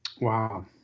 Wow